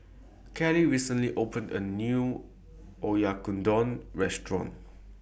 Kellee recently opened A New Oyakodon Restaurant